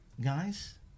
Guys